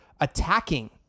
attacking